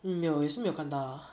mm 没有一次没有看到